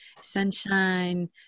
sunshine